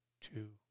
two